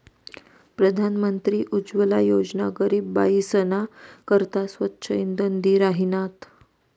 प्रधानमंत्री उज्वला योजना गरीब बायीसना करता स्वच्छ इंधन दि राहिनात